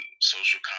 social